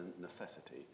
necessity